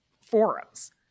forums